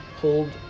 pulled